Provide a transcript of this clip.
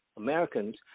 Americans